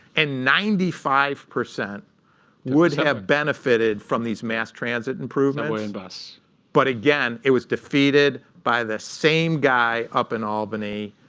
and ninety five percent would have benefited from these mass transit improvements. but and but again, it was defeated by the same guy up in albany.